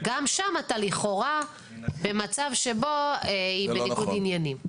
גם שם לכאורה אתה במצב שבו היא בניגוד עניינים.